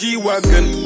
G-Wagon